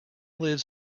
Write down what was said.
lives